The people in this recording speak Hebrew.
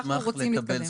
אנחנו רוצים להתקדם.